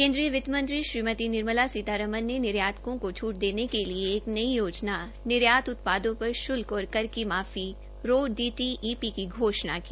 केन्द्रीय वित्त मंत्री श्रीमती निर्मला सीतारमण ने निर्यातकों को छूट देने के लिए एक नई योजना निर्यात उत्पादों पर शुल्क और कर की माफी रो डीटीईपी की घोषणा की